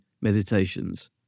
meditations